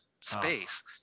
space